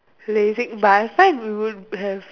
lazing bus what we would have